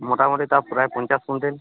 মোটামোটি তাও প্রায় পঞ্চাশ কুইন্টেল